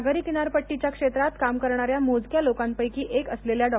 सागरी किनारपट्टीच्या क्षेत्रात काम करणाऱ्या मोजक्या लोकांपैकी एक असलेल्या डॉ